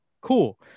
cool